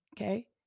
okay